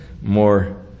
more